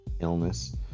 illness